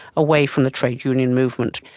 away from the trade union movement,